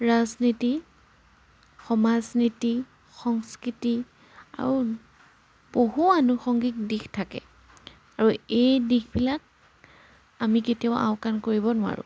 ৰাজনীতি সমাজ নীতি সংস্কৃতি আৰু বহু আনুসংগিক দিশ থাকে আৰু এই দিশবিলাক আমি কেতিয়াও আওকাণ কৰিব নোৱাৰোঁ